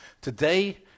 Today